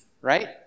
right